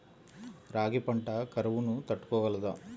రాగి పంట కరువును తట్టుకోగలదా?